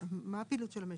מה הפעילות של המשק?